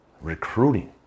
Recruiting